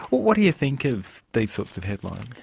what what do you think of these sorts of headlines?